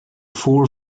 four